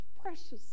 precious